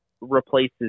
replaces